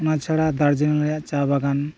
ᱚᱱᱟ ᱪᱷᱟᱲᱟ ᱫᱟᱨᱡᱤᱞᱤᱝ ᱨᱮᱭᱟᱜ ᱪᱟ ᱵᱟᱜᱟᱱ